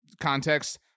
context